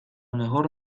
mejor